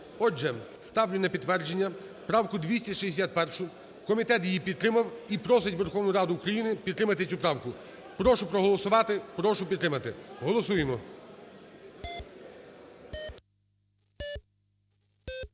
Отже, ставлю на підтвердження правку 261-у. Комітет її підтримав і просить Верховну Раду України підтримати цю правку. Прошу проголосувати. Прошу підтримати. Голосуємо.